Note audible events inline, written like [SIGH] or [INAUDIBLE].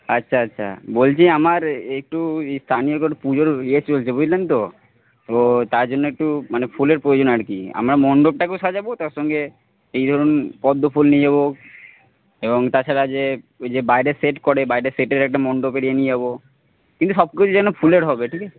আচ্ছা আচ্ছা বলছি আমার একটু [UNINTELLIGIBLE] পুজোর ইয়ে চলছে বুঝলেন তো তো তার জন্য একটু মানে ফুলের প্রয়োজন আর কি আমরা মণ্ডপটাকেও সাজাব তার সঙ্গে এই ধরুন পদ্ম ফুল নিয়ে যাব এবং তাছাড়া যে যে বাইরে সেট করে বাইরে সেটের একটা মণ্ডপের ইয়ে নিয়ে যাব কিন্তু সব কিছু যেন ফুলের হবে ঠিক আছে